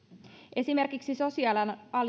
esimerkiksi sosiaalialan